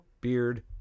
Beard